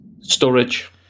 Storage